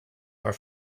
are